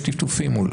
יש טפטופים.